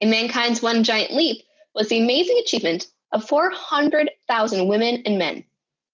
and mankind's one giant leap was the amazing achievement of four hundred thousand women and men